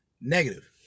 negative